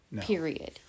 Period